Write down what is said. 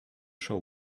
show